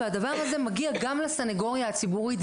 והדבר הזה מגיע גם לסנגוריה הציבורית,